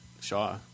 Shaw